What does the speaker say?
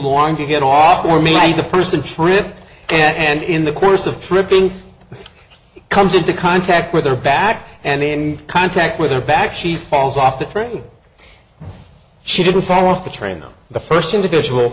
long to get off or maybe the person tripped and in the course of tripping comes into contact with her back and in contact with her back she falls off the train she didn't fall off the train though the first individual